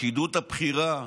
הפקידות הבכירה.